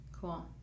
Cool